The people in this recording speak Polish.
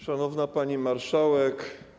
Szanowna Pani Marszałek!